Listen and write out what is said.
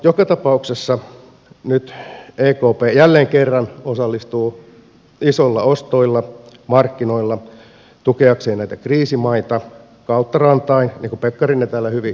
joka tapauksessa nyt ekp jälleen kerran osallistuu isoilla ostoilla markkinoille tukeakseen näitä kriisimaita kautta rantain niin kuin pekkarinen täällä hyvin selvitti jo